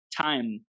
time